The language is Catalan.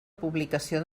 publicació